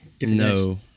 No